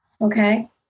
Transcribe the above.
Okay